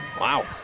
Wow